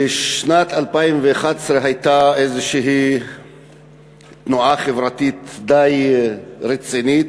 בשנת 2011 הייתה איזושהי תנועה חברתית די רצינית